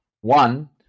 one